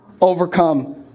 overcome